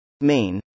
Main